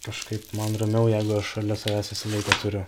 kažkaip man ramiau jeigu aš šalia savęs visą laiką turiu